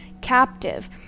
captive